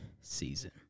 season